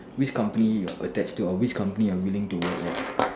which company you're attached to or which company you're willing to work at